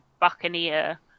Buccaneer